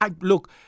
Look